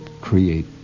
create